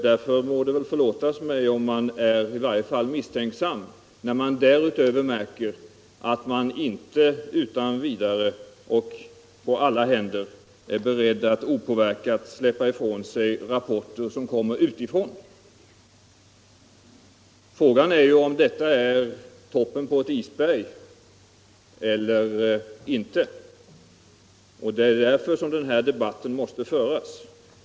Därför må det väl förlåtas mig om jag är i varje fall misstänksam när jag därutöver märker att man inte utan vidare och på alla händer är beredd att opåverkade släppa ifrån sig rapporter som kommer utifrån. Frågan är ju om detta är toppen på ett isberg eller inte, och det är därför som den här debatten måste föras.